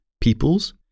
peoples